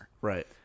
Right